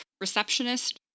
receptionist